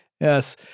yes